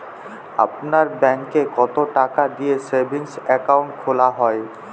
আপনার ব্যাংকে কতো টাকা দিয়ে সেভিংস অ্যাকাউন্ট খোলা হয়?